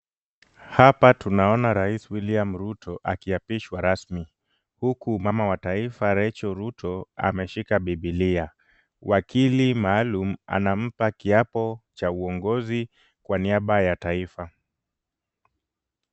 Hapa tunaona rais William Ruto akiapishwa rasmi, huku mama wa taifa Recho Ruto ameshika bibilia, wakili maalum anampa kiapo cha uongozi kwa niaba ya taifa.